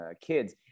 kids